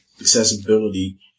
accessibility